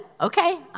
Okay